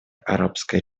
арабской